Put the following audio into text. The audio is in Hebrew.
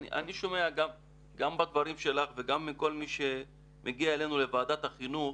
שומע גם בדברים שלך וגם מכל מי שמגיע אלינו לוועדת החינוך